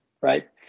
right